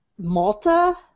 Malta